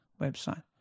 website